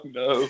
no